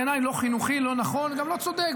בעיניי לא חינוכי, לא נכון וגם לא צודק.